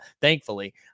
Thankfully